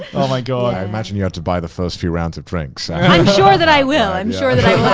oh my god. i imagine you had to buy the first few rounds of drinks. i'm sure that i will. i'm sure that